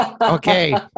Okay